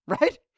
right